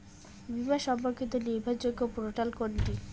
বীমা সম্পর্কিত নির্ভরযোগ্য পোর্টাল কোনটি?